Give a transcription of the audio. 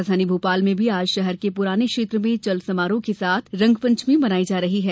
राजधानी भोपाल में भी आज शहर के प्राने क्षेत्र में चल समारोह के साथ रंगपंचमी मनाई जा रही है